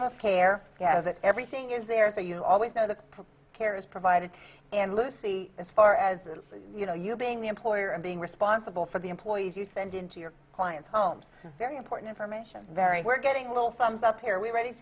of care everything is there so you always know the care is provided and lucy as far as you know you being the employer and being responsible for the employees you send in to your clients homes very important information very we're getting a little farms up here we're ready to